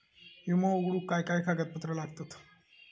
विमो उघडूक काय काय कागदपत्र लागतत?